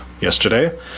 yesterday